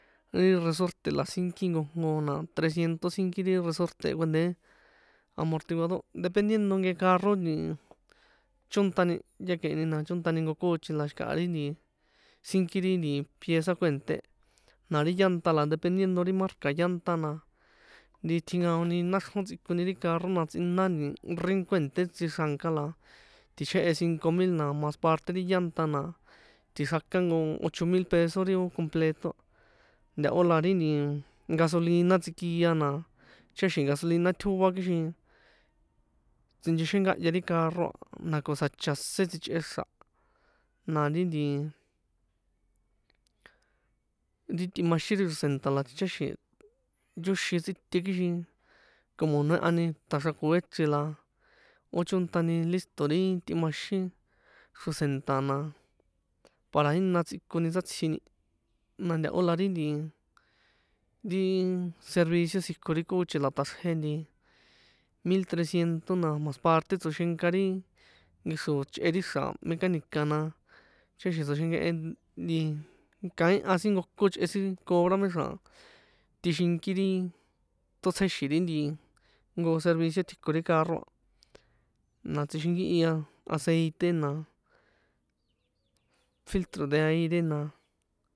Ri resorte la sínki nkojnko na tresciento sínki ri resorte̱ kuènṭé amortiguador, dependiendo nke carro nti chónṭani ya que e ni na chónṭani nko kochi, la xikaha ri nti sínki ri pieza kuènṭé, na ri llanta na dependiendo ri marca llanta, na ri tjinkaoni náxrjon tsꞌikoni ri carro na tsꞌina nti rin kuènṭé sitexranka, na tichjehe cinco mil na mas parte ri llanta na tixrakan nko ocho mil peso ri ó completo a, ntahó la ri nti gasolina tsikia na ticháxi̱n gasolina tjóá kixin tsinchexenkahya ri carro a, na ko tsjacha sé sichꞌe xra̱, na ri nti ri tꞌimaxin ri xro̱senta la ticháxi̱n yóxin tsꞌite kixin como noehani taxrakoe chrin la ó chónṭani listo̱ ri tꞌimaxin xro̱senṭa̱, na para jína tsꞌikoni satsjini, na tahó la ri nti ri servicio tsjiko ri kochi na ṭꞌaxrje nti mil tresciento, na mas parte tsoxenka ri nkexró chꞌeri xra̱ mecánica, na ticháxi̱n tsoxenkehe nti kaíha sin nkokon chꞌe si cobra méxra̱ tꞌixinkiri ṭotsjexi̱n ri nti nko servicio tjiko ri carro a, na tsꞌixinkihi a aceite na, filtro de aire na.